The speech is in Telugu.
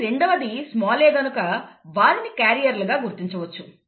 కానీ రెండవది స్మాల్ a గనుక వారిని క్యారియర్లు గా గుర్తించవచ్చు